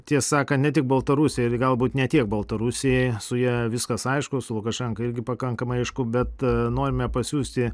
tiesa ne tik baltarusijai ir galbūt ne tiek baltarusijai su ja viskas aišku su lukašenka irgi pakankamai aišku bet norime pasiųsti